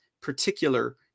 particular